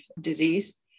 disease